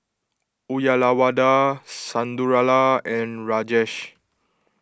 Uyyalawada Sundaraiah and Rajesh